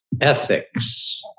Ethics